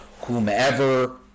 whomever